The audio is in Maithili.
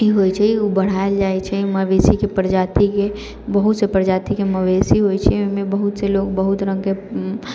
ई होइ छै उ बढ़ायल जाइ छै मवेशीके प्रजातिके बहुतसँ प्रजातिके मवेशी होइ छै ओयमे बहुतसँ लोक बहुत रङ्गके